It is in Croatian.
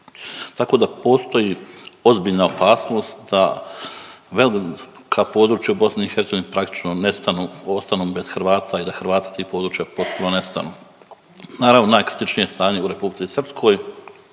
tako da postoji ozbiljna opasnost da velika područja u Bih praktično nestanu, ostanu bez Hrvata i da Hrvati s tih područja potpuno nestanu. Naravno, najkritičnije stanje je u Republici Srpskoj,